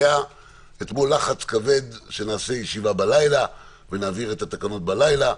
היה אתמול לחץ כבד שנעשה ישיבה בלילה ונעביר את התקנות בלילה,